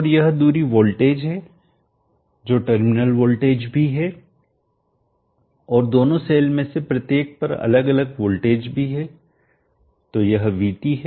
और यह दूरी वोल्टेज है जो टर्मिनल वोल्टेज भी है और दोनों सेल में से प्रत्येक पर अलग अलग वोल्टेज भी है तो यह VT है